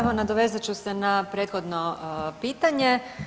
Evo nadovezat ću se na prethodno pitanje.